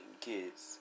kids